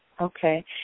Okay